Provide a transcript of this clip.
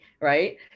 right